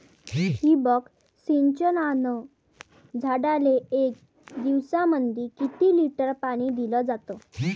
ठिबक सिंचनानं झाडाले एक दिवसामंदी किती लिटर पाणी दिलं जातं?